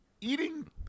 Eating